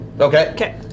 Okay